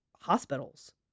hospitals